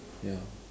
ya